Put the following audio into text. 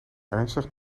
ernstig